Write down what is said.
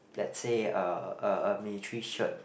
let's said a military shirt